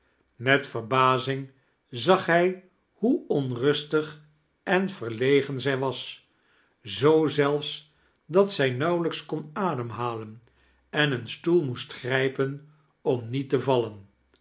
met verbazing zag hij hoe onrustig en verlegen zij was zoo zelfs dat zij nauwelijks kon ademhalen en een stoel moest grijpen om niet te vallen